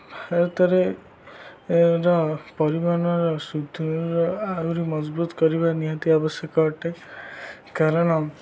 ଭାରତରେ ର ପରିବହନର ସୁଧୁର ଆହୁରି ମଜବୁତ କରିବା ନିହାତି ଆବଶ୍ୟକ ଅଟେ କାରଣ